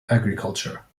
agriculture